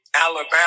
alabama